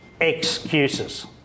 excuses